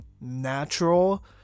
natural